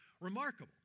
remarkable